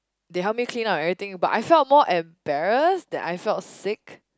they help me clean up everything but I felt more embarrass that I felt sick